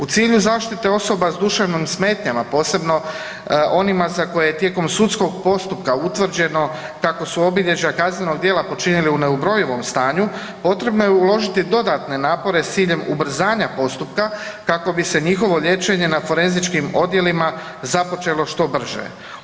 U cilju zaštite osoba s duševnim smetnjama, posebno onima za koje je tijekom sudskog postupka utvrđeno kako su obilježja kaznenih djela počinili u neubrojivom stanju, potrebno je uložiti dodatne napore s ciljem ubrzanja postupka kako bi se njihove liječenje na forenzičnim odjelima započelo što brže.